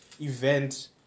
event